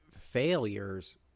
failures